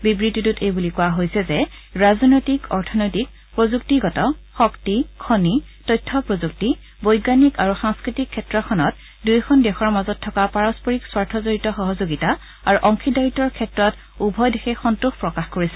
বিবৃতিটোত এই বুলি কোৱা হৈছে যে ৰাজনৈতিক অৰ্থনৈতিক প্ৰযুক্তিগত শক্তি খনি তথ্যপ্ৰযুক্তি বৈজ্ঞানিক আৰু সাংস্কৃতিক ক্ষেত্ৰখনত দুয়োখন দেশৰ মাজত থকা পাৰস্পৰিক স্বাৰ্থজড়িত সহযোগিতা আৰু অংশীদাৰিত্বৰ ক্ষেত্ৰত উভয় দেশে সন্তোষ প্ৰকাশ কৰিছে